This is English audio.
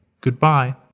Goodbye